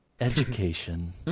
education